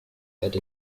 head